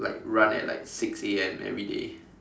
like run at like six A_M everyday